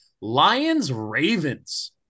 Lions-Ravens